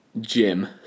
Jim